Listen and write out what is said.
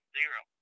Zero